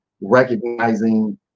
recognizing